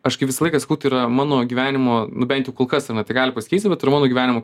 aš kai visą laiką sakau tai yra mano gyvenimo nu bent jau kol kas ar ne tai gali pasikeisti bet ir mano gyvenimo